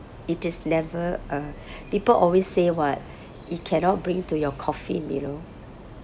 it is never uh people always say what you cannot bring to your coffin you know